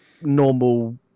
normal